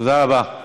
תודה רבה.